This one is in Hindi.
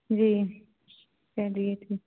जी